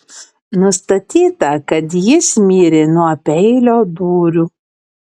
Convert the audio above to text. nustatyta kad jis mirė nuo peilio dūrių